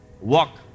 Walk